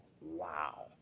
Wow